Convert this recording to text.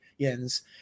Yens